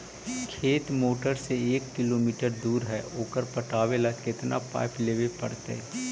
खेत मोटर से एक किलोमीटर दूर है ओकर पटाबे ल केतना पाइप लेबे पड़तै?